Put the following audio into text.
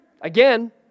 again